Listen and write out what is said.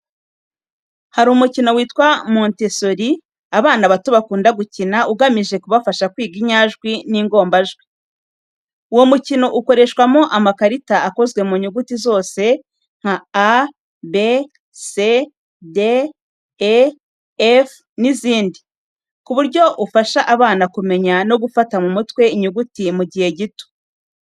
Hari umukino witwa Montessori abana bato bakunda gukina, ugamije kubafasha kwiga inyajwi n’ingombajwi. Uwo mukino ukoreshwamo amakarita akozwe mu nyuguti zose nka a, b, c, d, e, f n’izindi, ku buryo ufasha abana kumenya no gufata mu mutwe inyuguti mu gihe gito.